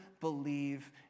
believe